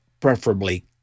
preferably